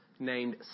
Named